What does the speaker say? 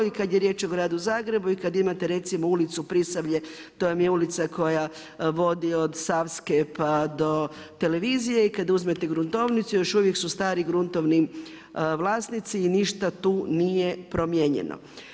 I kada je riječ o gradu Zagrebu i kada imate recimo ulicu Pisavlje, to vam je ulica koja vodi od Savske pa do Televizije i kada uzmete gruntovnicu još uvijek su stari gruntovni vlasnici i ništa tu nije promijenjeno.